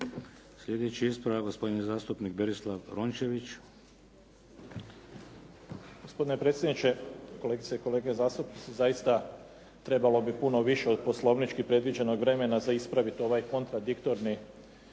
Slijedeći ispravak gospodin zastupnik Berislav Rončević. **Rončević, Berislav (HDZ)** Gospodine predsjedniče, kolegice i kolege zastupnici. Zaista, trebalo bi puno više od poslovnički predviđenog vremena za ispraviti ovaj kontradiktorni